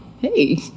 hey